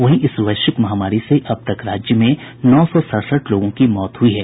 वहीं इस वैश्विक महामारी से अब तक राज्य में नौ सौ सड़सठ लोगों की मौत हुई है